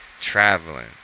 traveling